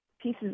pieces